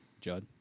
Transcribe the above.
Judd